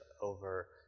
over